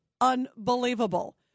unbelievable